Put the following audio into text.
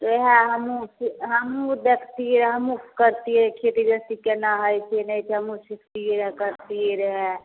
उएह हमहूँ हमहूँ अथी हमहूँ देखतियै हमहूँ करितियै खेती गृहस्थी केना होइ छै नहि तऽ हमहूँ सिखतियै आ करितियै रहए